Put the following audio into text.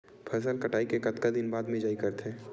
फसल कटाई के कतका दिन बाद मिजाई करथे?